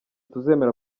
tuzemera